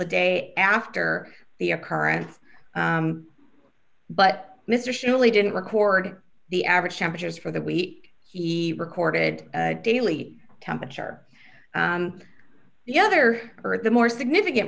the day after the occurrence but mr surely didn't record the average temperatures for the week he recorded daily temperature the other or the more significant